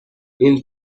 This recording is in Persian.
این